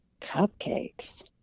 Cupcakes